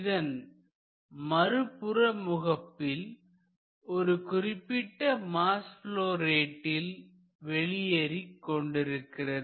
இதன் மறுபுற முகப்பில் ஒரு குறிப்பிட்ட மாஸ் ப்லொ ரேட்டில் வெளியேறிக் கொண்டிருக்கிறது